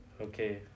okay